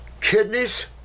kidneys